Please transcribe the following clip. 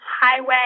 highway